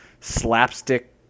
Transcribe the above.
slapstick